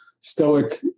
stoic